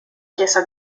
chiesa